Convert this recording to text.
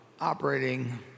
operating